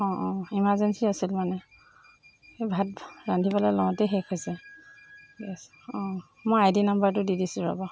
অঁ অঁ ইমাৰ্জেঞ্চি আছিল মানে এই ভাত ৰান্ধিবলৈ লওঁতেই শেষ হৈছে গেছ অঁ মই আই ডি নাম্বাৰটো দি দিছোঁ ৰ'ব